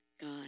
God